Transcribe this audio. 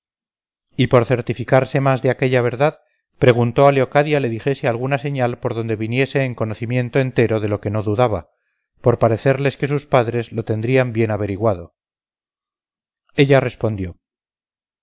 y por certificarse más de aquella verdad preguntó a leocadia le dijese alguna señal por donde viniese en conocimiento entero de lo que no dudaba por parecerles que sus padres lo tendrían bien averiguado ella respondió